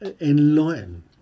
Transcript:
enlighten